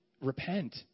repent